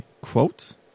quote